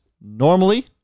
Normally